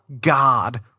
God